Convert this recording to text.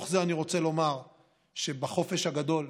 מתוך זה אני רוצה לומר שבחופש הגדול,